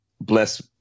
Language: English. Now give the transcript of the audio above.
bless